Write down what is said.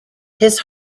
his